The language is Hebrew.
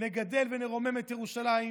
נגדל ונרומם את ירושלים,